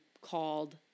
called